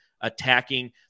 attacking